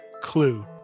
clue